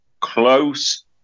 Close